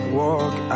walk